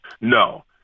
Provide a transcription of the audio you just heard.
No